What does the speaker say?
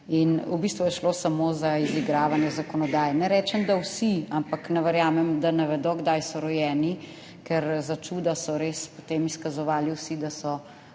In v bistvu je šlo samo za izigravanje zakonodaje. Ne rečem, da vsi, ampak ne verjamem, da ne vedo kdaj so rojeni, ker začuda so res potem izkazovali vsi, da so